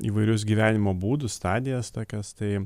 įvairius gyvenimo būdus stadijas tokias tai